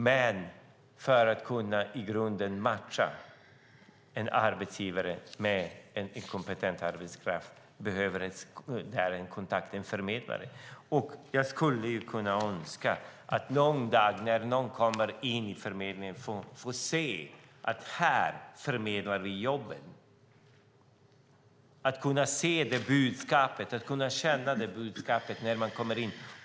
Men för att i grunden kunna matcha en arbetsgivare med en kompetent arbetskraft behövs kontakt med en förmedlare. Jag skulle önska att någon dag när någon kommer in på förmedlingen ska man kunna se: Här förmedlar vi jobben! Det handlar om att se och kunna känna det budskapet när man kommer in.